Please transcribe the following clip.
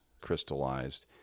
crystallized